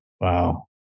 Wow